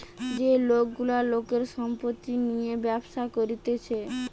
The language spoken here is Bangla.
যে লোক গুলা লোকের সম্পত্তি নিয়ে ব্যবসা করতিছে